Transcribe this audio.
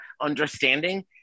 understanding